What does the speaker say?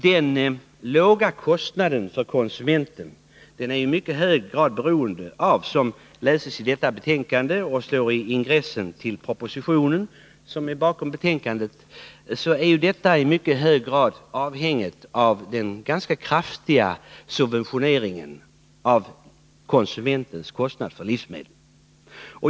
Den låga kostnaden för konsumenten är i mycket hög grad beroende av — som man kan läsa i detta betänkande och som det står i ingressen till propositionen — den ganska kraftiga subventioneringen av konsumentens kostnader för livsmedel.